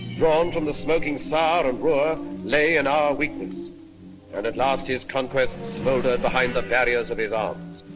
drawn from the smoking sour roar lay in our weakness and at last his conquests smoldered behind the barriers of his arms.